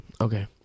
okay